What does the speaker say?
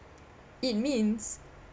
it means